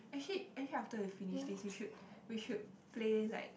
actually actually after we finish this we should we should play like